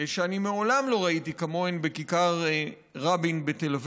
שאני מעולם לא ראיתי כמוהן בכיכר רבין בתל אביב.